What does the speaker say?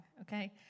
okay